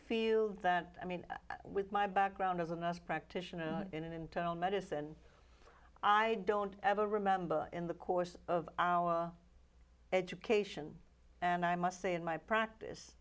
feel that i mean my background is enough practitioners in internal medicine i don't ever remember in the course of our education and i must say in my practice